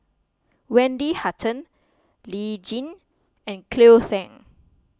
Wendy Hutton Lee Tjin and Cleo Thang